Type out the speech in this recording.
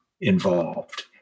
involved